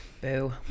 boo